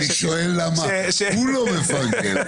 לא, אני שואל למה הוא לא מפרגן.